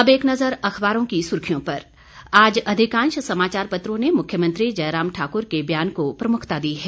अब एक नजर अखबारों की सुर्खियों पर आज अधिकांश समाचार पत्रों ने मुख्यमंत्री जयराम ठाकुर के बयान को प्रमुखता दी है